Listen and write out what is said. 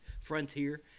frontier